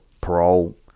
parole